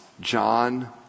John